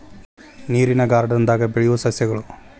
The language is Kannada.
ನೇರಿನ ಗಾರ್ಡನ್ ದಾಗ ಬೆಳಿಯು ಸಸ್ಯಗಳು